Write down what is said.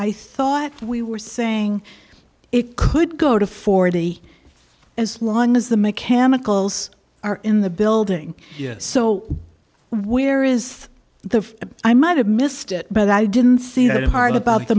i thought we were saying it could go to forty as long as the mechanicals are in the building so where is the i might have missed it but i didn't see that hard about the